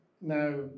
now